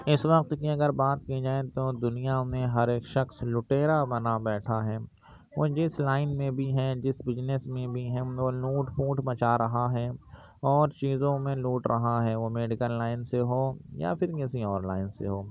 اس وقت کی اگر بات کی جائے تو دنیا میں ہر ایک شخص لٹیرا بنا بیٹھا ہے وہ جس لائن میں بھی ہے جس بجنس میں بھی ہے وہ لوٹ پوٹ مچا رہا ہے اور چیزوں میں لوٹ رہا ہے وہ میڈیکل لائن سے ہو یا پھر کسی اور لائن سے ہو